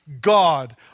God